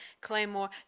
Claymore